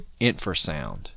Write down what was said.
infrasound